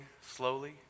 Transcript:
slowly